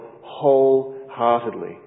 wholeheartedly